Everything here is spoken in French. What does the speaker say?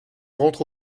rentre